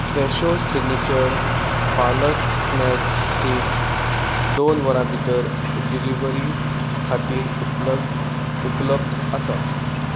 फ्रॅशो signature पालक snacks stick दोन वरां भितर डिलिव्हरी खातीर उपलग उपलब्ध आसा